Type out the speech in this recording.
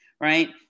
right